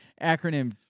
acronym